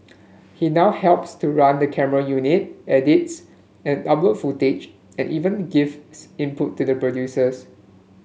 he now helps to run the camera unit edits and uploads footage and even gives input to producers